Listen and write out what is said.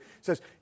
says